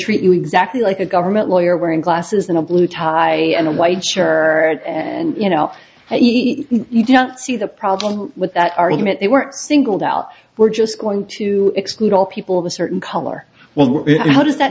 treat you exactly like a government lawyer wearing glasses in a blue tie and a white shirt and you know you don't see the problem with that argument they weren't singled out we're just going to exclude all people of a certain color well how does that